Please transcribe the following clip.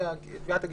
בתביעת הגירושין,